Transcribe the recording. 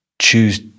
choose